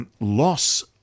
Loss